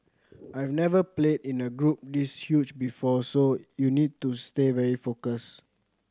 I have never played in a group this huge before so you need to stay very focused